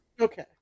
Okay